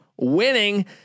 winning